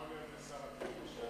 מה אומר על זה שר הפנים לשעבר?